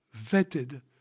vetted